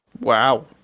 Wow